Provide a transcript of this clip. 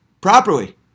properly